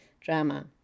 drama